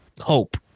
hope